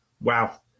Wow